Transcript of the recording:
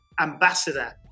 ambassador